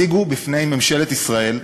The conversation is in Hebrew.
בסוף 2014 הציגו בפני ממשלת ישראל,